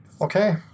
Okay